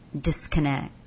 disconnect